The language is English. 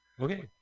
Okay